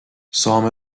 saame